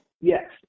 Yes